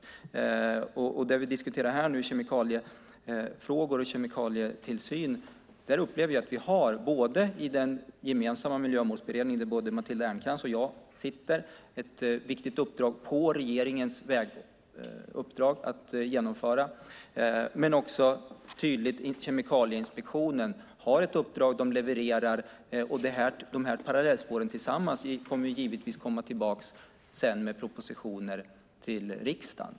När det gäller det vi nu diskuterar, kemikaliefrågor och kemikalietillsyn, upplever jag att vi i den gemensamma Miljömålsberedningen, där både Matilda Ernkrans och jag ingår, har ett viktigt uppdrag att genomföra. Också Kemikalieinspektionen har ett uppdrag. De levererar. Dessa parallellspår kommer givetvis tillbaka i form av propositioner till riksdagen.